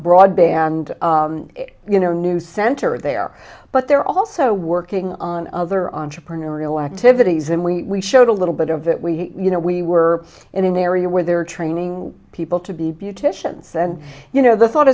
broadband you know new center there but they're also working on other entrepreneurial activities and we showed a little bit of that we you know we were in an area where they were training people to be beauticians and you know the thought